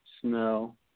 snow